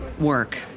work